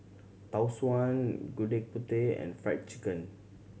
Tau Suan Gudeg Putih and Fried Chicken